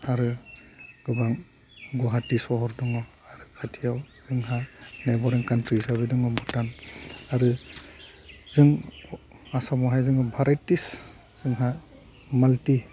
आरो गोबां गुवाहाटी सहर दङ खाथियाव जोंहा फरेइन कानत्रि हिसाबै दङ भुटान आरो जों आसामावहाय जोङो भेराइटिस जोंहा माल्टि